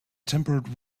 temperate